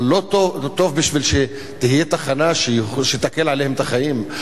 אבל לא טובים בשביל שתהיה תחנה שתקל עליהם את החיים.